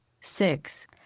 six